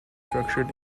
structured